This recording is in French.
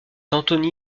anthony